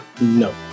No